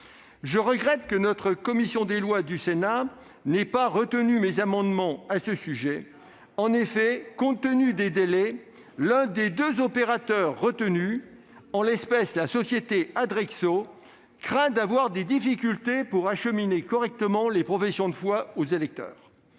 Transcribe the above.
Je regrette que la commission des lois du Sénat n'ait pas retenu mes amendements à ce sujet. En effet, compte tenu des délais, l'un des deux opérateurs retenus- la société Adrexo -craint d'avoir des difficultés pour acheminer correctement les professions de foi vers les électeurs.